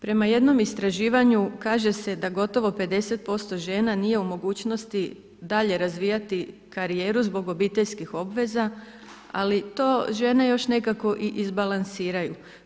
Prema jednom istraživanju kaže se da gotovo 50% žena nije u mogućnosti dalje razvijati karijeru zbog obiteljskih obveza, ali to žene još nekako i izbalansiraju.